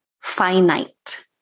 finite